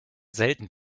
selten